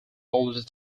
already